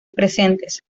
presentes